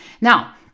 Now